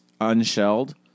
unshelled